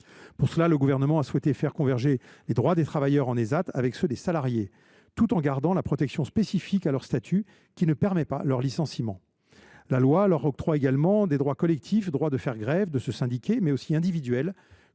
Pour cela, le Gouvernement a souhaité faire converger les droits des travailleurs en Ésat avec ceux des salariés, tout en gardant la protection, spécifique à leur statut, qui empêche leur licenciement. La loi leur octroie également des droits collectifs, comme celui de faire grève ou de se syndiquer, mais aussi individuels,